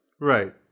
Right